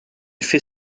fait